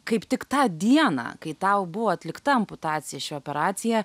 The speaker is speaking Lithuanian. kaip tik tą dieną kai tau buvo atlikta amputacija ši operacija